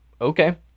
okay